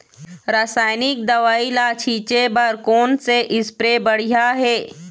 रासायनिक दवई ला छिचे बर कोन से स्प्रे बढ़िया हे?